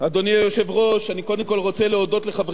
אני קודם כול רוצה להודות לחברי ועדת הכספים,